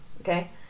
okay